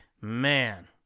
Man